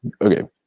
Okay